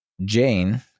Jane